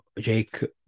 Jake